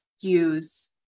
use